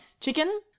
chicken